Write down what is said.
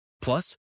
Plus